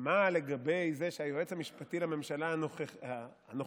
ומה לגבי זה שהיועץ המשפטי לממשלה הנוכחית,